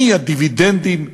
מהדיבידנדים,